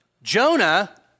Jonah